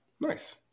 Nice